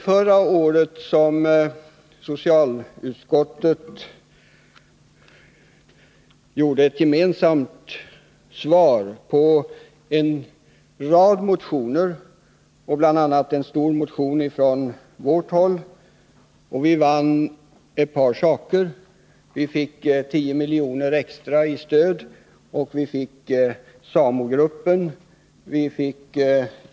Förra året avgav socialutskottet ett gemensamt svar på en rad motioner, bl.a. på en stor motion från oss. Vi vann ett par saker. Så t.ex. fick vi 10 milj.kr. extra i stöd, och vi fick SAMO-gruppen.